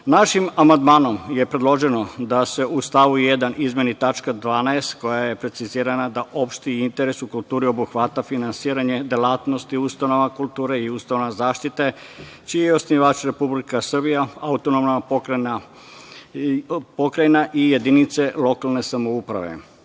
amandmanom je predloženo da se u stavu 1. izmeni tačka 12. koja je precizirana da opšti interes u kulturi obuhvata finansiranje delatnosti ustanova kulture i ustanova zaštite, čiji je osnivač Republika Srbija, AP i jedinica lokalne samouprave.